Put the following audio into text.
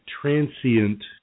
transient